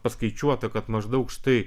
paskaičiuota kad maždaug štai